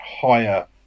higher